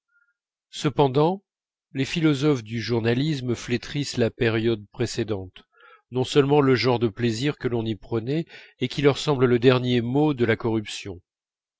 cependant les philosophes du journalisme flétrissent la période précédente non seulement le genre de plaisirs que l'on y prenait et qui leur semble le dernier mot de la corruption